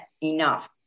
enough